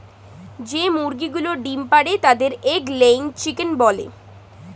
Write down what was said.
যে মুরগিগুলো ডিম পাড়ে তাদের এগ লেয়িং চিকেন বলে